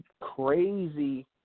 crazy